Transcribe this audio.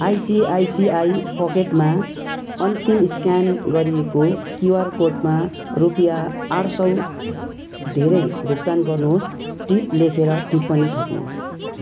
ICICI पकेटमा अन्तिम scan गरिएको क्युआर कोडमा रुपियाँ आठ सय धेरै भुक्तान गर्नुहोस् टिप लेखेर टिप पनि थप्नुहोस्